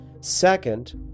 Second